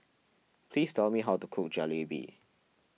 please tell me how to cook Jalebi